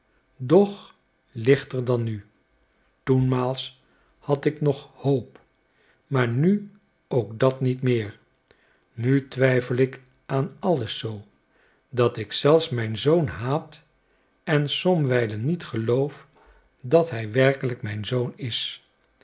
doch lichter dan nu toenmaals had ik nog hoop maar nu ook dat niet meer nu twijfel ik aan alles zoo dat ik zelfs mijn zoon haat en somwijlen niet geloof dat hij werkelijk mijn zoon is